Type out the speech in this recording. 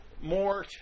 more